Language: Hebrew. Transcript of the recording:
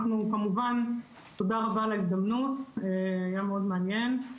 כמובן, תודה רבה על ההזדמנות, היה מאוד מעניין.